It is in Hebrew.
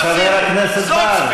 לא, אבל באמת, יש גבול.